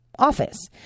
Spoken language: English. office